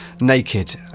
naked